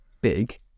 big